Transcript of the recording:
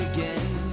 Again